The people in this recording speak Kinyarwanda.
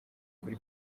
kuri